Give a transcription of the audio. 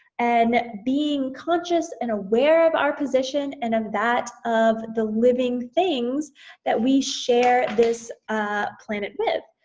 and being conscious and aware of our position and of that of the living things that we share this ah planet with.